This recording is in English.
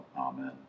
Amen